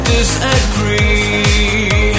Disagree